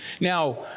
Now